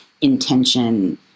intention